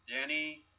Danny